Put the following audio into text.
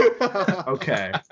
Okay